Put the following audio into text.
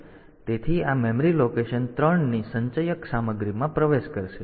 તેથી આ memory location 3 ની સંચયક સામગ્રીમાં પ્રવેશ કરશે